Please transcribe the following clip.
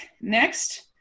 next